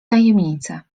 tajemnicę